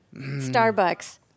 Starbucks